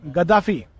Gaddafi